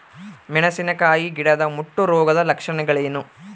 ಮೆಣಸಿನಕಾಯಿ ಗಿಡದ ಮುಟ್ಟು ರೋಗದ ಲಕ್ಷಣಗಳೇನು?